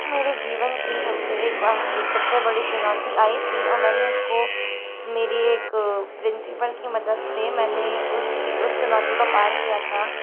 मेरे जीवन की सबसे एक एक सबसे बड़ी चुनौती आई थी और मैंने उसको मेरी एक प्रिंसिपल की मदद से मैंने उस उस चुनौती को पार किया था